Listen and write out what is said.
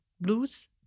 Blue's